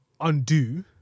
undo